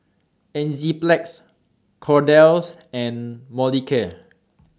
Enzyplex Kordel's and Molicare